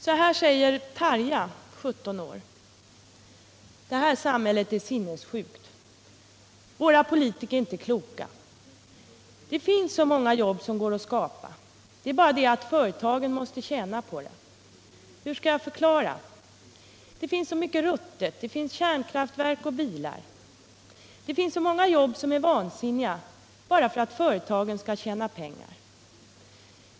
Så här säger Tarja, 17 år: ”Det här samhället är sinnessjukt. Våra politiker är inte kloka. Det finns så många jobb som går att skapa. Det är bara det att företaget måste tjäna pengar på det. Hur skall jag förklara? Det finns så mycket ruttet, det finns kärnkraftverk och bilar. Det är så många jobb som är vansinniga bara för att företagen skall tjäna pengar.